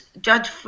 Judge